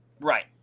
Right